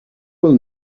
will